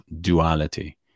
duality